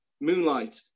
moonlight